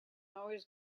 always